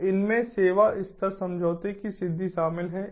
तो इनमें सेवा स्तर समझौते की सिद्धि शामिल है